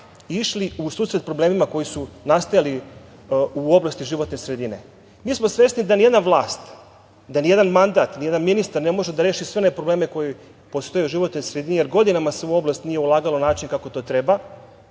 išli u susret problemima koji su nastajali u oblasti životne sredine. Mi smo svesni da ni jedna vlast, da ni jedan mandat, ni jedan ministar ne može da reši sve one probleme koji postoje u životnoj sredini, jer godinama se u ovu oblast nije ulagalo na način kako to treba,